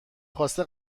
خواسته